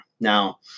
Now